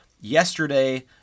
Yesterday